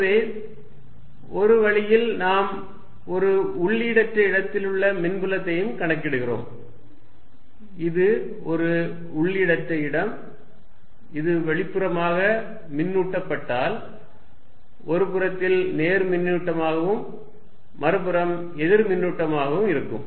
எனவே ஒரு வழியில் நாம் ஒரு உள்ளீடற்ற இடத்திலுள்ள மின்புலத்தையும் கணக்கிடுகிறோம் இது ஒரு உள்ளீடற்ற இடம் இது வெளிப்புறமாக மின்னூட்டபட்டால் ஒரு புறத்தில் நேர் மின்னூட்டமாகவும் மறுபுறம் எதிர்மின்னூட்டமாகவும் இருக்கும்